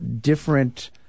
different